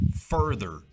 further